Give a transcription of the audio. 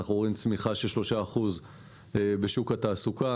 אנחנו רואים צמיחה של 3 אחוזים בשוק התעסוקה,